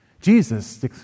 Jesus